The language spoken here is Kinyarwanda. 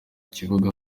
kibuga